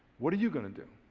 what are you going to do?